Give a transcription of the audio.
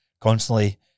Constantly